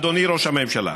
אדוני ראש הממשלה,